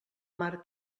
mar